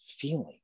feeling